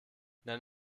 nenn